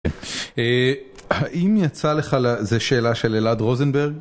האם יצא לך ל.. זה שאלה של אלעד רוזנברג?